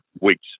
weeks